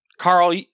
Carl